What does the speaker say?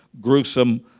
gruesome